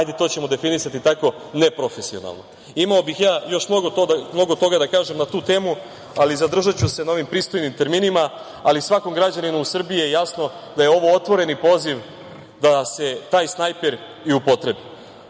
ajde to ćemo definisati tako, ne profesionalno. Imao bih ja još mnogo toga da kažem na tu temu, ali zadržaću se na ovim pristojnim terminima, ali svakom građaninu Srbije je jasno da je ovo otvoreni poziv da se taj snajper i upotrebi. Uzimajući